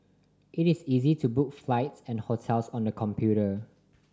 it is easy to book flights and hotels on the computer